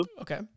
Okay